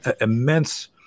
immense